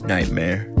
Nightmare